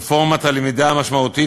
רפורמת הלמידה המשמעותית,